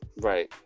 Right